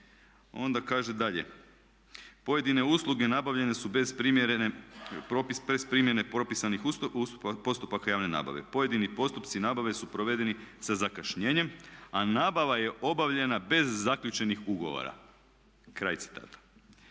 Onda kaže dalje: "Pojedine usluge nabavljene su bez primjene propisanih postupaka javne nabave. Pojedini postupci nabave su provedeni sa zakašnjenjem a nabava je obavljena bez zaključenih ugovora", kraj citata.